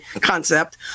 concept